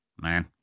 man